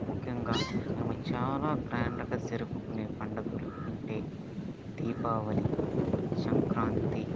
ముఖ్యంగా మేము చాలా గ్రాండ్ గా జరుపుకునే పండుగలు ఉంటే దీపావళి సంక్రాంతి